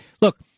Look